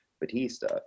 Batista